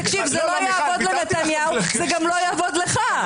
תקשיב, זה לא יעבוד לנתניהו וזה גם לא יעבוד לך.